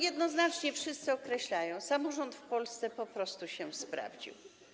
Jednoznacznie wszyscy wskazują - samorząd w Polsce po prostu się sprawdził.